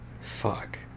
Fuck